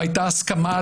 והייתה עליה הסכמה.